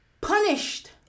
punished